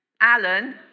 Alan